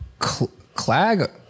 Clag